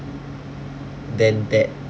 than that